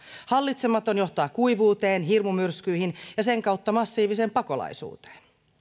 hallitsematon muutos johtaa kuivuuteen hirmumyrskyihin ja sen kautta massiiviseen pakolaisuuteen